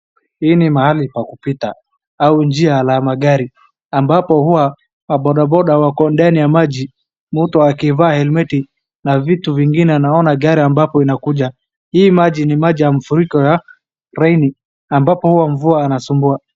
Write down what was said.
Hii ni mahali pa kupita au njia la magari ambapo huwa wa bodaboda wako ndani ya maji .Mtu akivaa helmeti na vitu vingine. Naona gari ambapo inakuja. Hii maji ni maji ya mafuriko ya rain ambapo huwa mvua anasumbua.